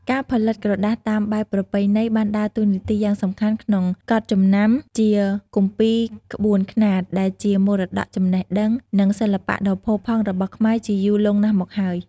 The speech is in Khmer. ការផលិតក្រដាសតាមបែបប្រពៃណីបានដើរតួនាទីយ៉ាងសំខាន់ក្នុងកត់ចំណាំជាគម្ពីរក្បួនខ្នាត ដែលជាមរតកចំណេះដឹង និងសិល្បៈដ៏ផូរផង់របស់ខ្មែជាយូរលង់ណាស់មកហើយ។